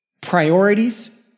Priorities